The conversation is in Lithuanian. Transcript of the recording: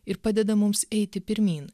ir padeda mums eiti pirmyn